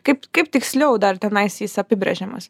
kaip kaip tiksliau dar tenais jis apibrėžiamas